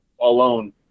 alone